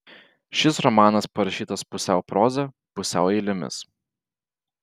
šis romanas parašytas pusiau proza pusiau eilėmis